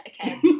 okay